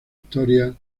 historias